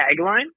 tagline